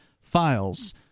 files